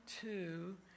two